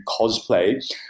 cosplay